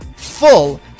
full